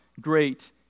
great